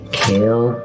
kill